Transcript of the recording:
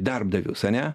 darbdavius ane